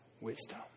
wisdom